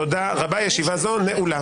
תודה רבה, ישיבה זו נעולה.